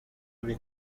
buri